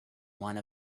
one